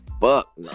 fuck